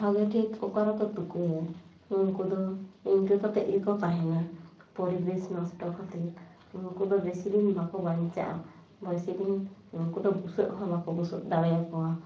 ᱵᱷᱟᱜᱮ ᱴᱷᱤᱠ ᱚᱠᱟᱨᱮᱠᱚ ᱛᱩᱠᱟᱹᱭᱟ ᱩᱱᱠᱩ ᱫᱚ ᱤᱱᱠᱟᱹ ᱠᱟᱛᱮᱫ ᱜᱮᱠᱚ ᱛᱮᱦᱮᱸᱱᱟ ᱯᱚᱨᱤᱵᱮᱥ ᱱᱚᱥᱴᱚ ᱠᱷᱟᱹᱛᱤᱨ ᱩᱱᱠᱩᱫᱚ ᱵᱤᱥᱤ ᱫᱤᱱ ᱵᱟᱝᱠᱚ ᱵᱟᱧᱪᱟᱜᱼᱟ ᱵᱤᱥᱤᱫᱤᱱ ᱩᱱᱠᱩ ᱫᱚ ᱵᱩᱥᱟᱹᱜ ᱦᱚᱸ ᱵᱟᱠᱚ ᱵᱩᱥᱟᱹᱜ ᱫᱟᱲᱮ ᱟᱠᱚᱣᱟ